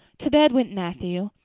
to bed went matthew.